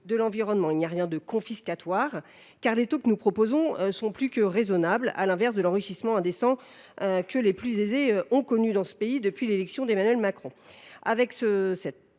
de l’environnement. Il n’y a là rien de confiscatoire, car les taux que nous proposons sont plus que raisonnables, à l’inverse de l’enrichissement indécent que les plus aisés ont connu dans ce pays depuis l’élection d’Emmanuel Macron.